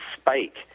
spike